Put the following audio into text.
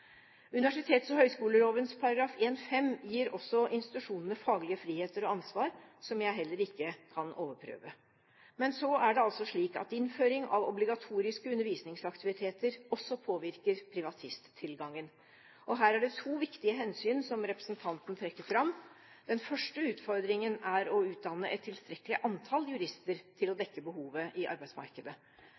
Universitets- og høyskoleloven § 1-5 gir også institusjonene faglige friheter og ansvar som jeg heller ikke kan overprøve. Men så er det altså slik at innføring av obligatoriske undervisningsaktiviteter også påvirker privatisttilgangen. Her er det to viktige hensyn som representanten trekker fram. Den første utfordringen er å utdanne et tilstrekkelig antall jurister til å dekke behovet i arbeidsmarkedet.